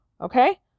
Okay